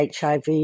HIV